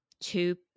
two